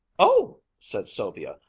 oh! said sylvia,